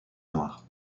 noire